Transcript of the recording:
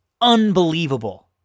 Unbelievable